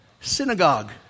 Synagogue